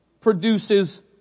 produces